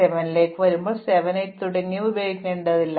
7 ലേക്ക് വരുമ്പോൾ 7 8 തുടങ്ങിയവ ഉപയോഗിക്കേണ്ടതില്ല